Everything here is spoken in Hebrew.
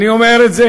אני אומר את זה,